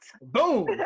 Boom